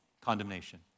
Condemnation